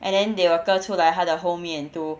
and then they will 割出来他的后面 to